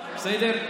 בסדר?